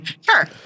Sure